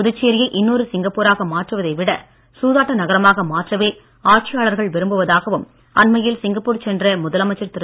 புதுச்சேரியை இன்னொரு சிங்கப்பூராக மாற்றுவதை விட சூதாட்ட நகரமாக மாற்றவே ஆட்சியாளர்கள் விரும்புவதாகவும் அண்மையில் சிங்கப்பூர் சென்ற முதலமைச்சர் திரு